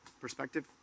perspective